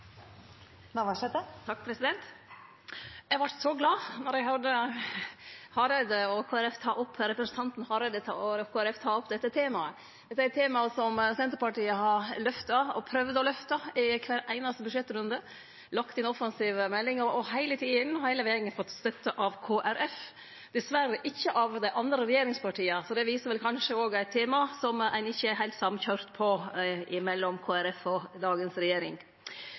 Eg vart så glad då eg høyrde representanten Hareide og Kristeleg Folkeparti ta opp dette temaet. Dette er eit tema Senterpartiet har lyfta – og har prøvd å løfte – i kvar einaste budsjettrunde. Vi har lagt inn offensive meldingar, og heile tida har me fått støtte av Kristeleg Folkeparti, men dessverre ikkje av regjeringspartia, så det viser vel kanskje òg eit tema der Kristeleg Folkeparti og dagens regjering ikkje er heilt samkøyrde. Verdsbanken har presisert at investeringar som tener småbønder i